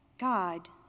God